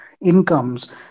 incomes